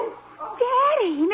Daddy